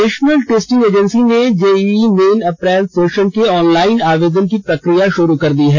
national testing agency ने JEE Main April session के online आवेदन की प्रक्रिया शुरू कर दी है